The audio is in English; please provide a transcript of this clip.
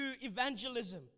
evangelism